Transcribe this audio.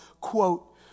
quote